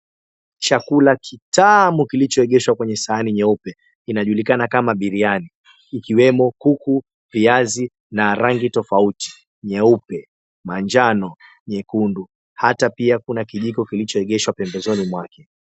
Chakula kitamu kilichoegezwa kwenye sahani nyeupe kinajulikana kama biriyani ikiwemo kuku, viazi na rangi tofauti nyeupe, manjano, nyekundu hata pia kuna kijiko kilichoegeshwa pembezoni mwake.